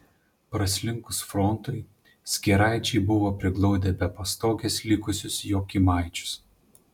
praslinkus frontui skėraičiai buvo priglaudę be pastogės likusius jokymaičius